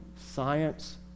science